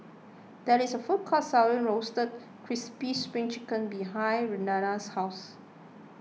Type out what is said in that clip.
there is a food court selling Roasted Crispy Spring Chicken behind Renada's house